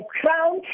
crown